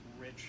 rich